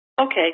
Okay